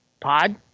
pod